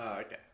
okay